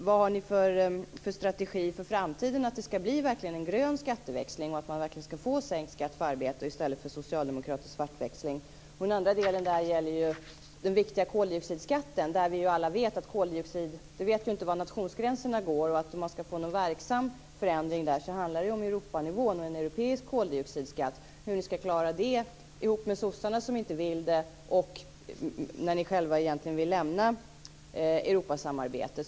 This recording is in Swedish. Vad har ni för strategi för framtiden för att det verkligen ska bli en grön skatteväxling och att man verkligen ska få sänkt skatt på arbete i stället för socialdemokratisk svartväxling? Den andra delen här gäller den viktiga koldioxidskatten. Vi vet ju inte var nationsgränserna går. Om man ska få till stånd någon verksam förändring handlar det ju om Europanivån och en europeisk koldioxidskatt. Hur ska ni klara det ihop med sossarna, som inte vill göra detta, när ni själva egentligen vill lämna Europasamarbetet?